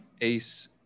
Ace